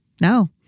No